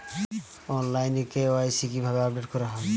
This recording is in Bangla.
অনলাইনে কে.ওয়াই.সি কিভাবে আপডেট করা হয়?